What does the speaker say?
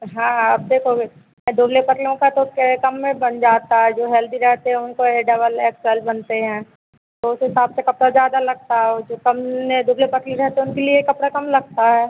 अच्छा आप देखोगे दुबले पतलों का तो क्या है कम में बन जाता है जो हेल्दी रहते हैं उनको ए डबल एक्स एल बनते हैं तो उस हिसाब से कपड़ा ज़्यादा लगता है और जो कम में दुबले पतले रहते हैं उनके लिए यह कपड़ा कम लगता है